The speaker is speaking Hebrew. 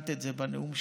ציינת את זה בנאום שלך.